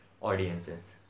audiences